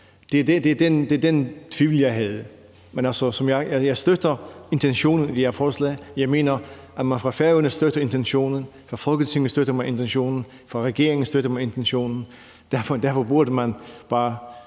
Det var den tvivl, jeg havde. Men jeg støtter intentionen i det her forslag. Jeg mener, at man fra færøsk side støtter intentionen, fra Folketingets side støtter man intentionen, og fra regeringens side støtter man intentionen, og derfor burde man bare